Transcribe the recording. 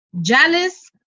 jealous